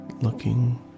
looking